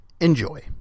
Enjoy